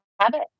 habit